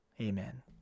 Amen